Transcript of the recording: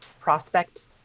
prospect